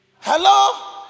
Hello